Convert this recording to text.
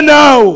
now